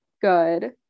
good